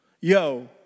Yo